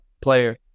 player